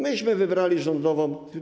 Myśmy wybrali rządową.